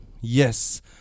Yes